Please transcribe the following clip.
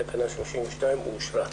תקנה 32 אושרה.